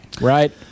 right